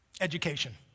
Education